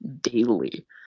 daily